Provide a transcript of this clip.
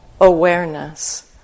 awareness